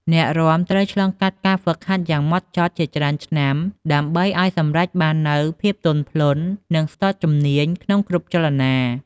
អ្នករាំត្រូវឆ្លងកាត់ការហ្វឹកហាត់យ៉ាងហ្មត់ចត់ជាច្រើនឆ្នាំ ដើម្បីឱ្យសម្រេចបាននូវភាពទន់ភ្លន់ និងស្ទាត់ជំនាញក្នុងគ្រប់ចលនា។